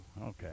Okay